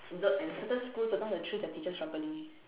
the and certain schools don't know how to choose their teachers properly